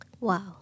Wow